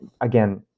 again